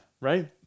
right